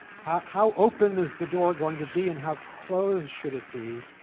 how how open is the door going to be and how closed should it be?